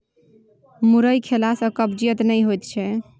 मुरइ खेला सँ कब्जियत नहि होएत छै